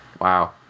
Wow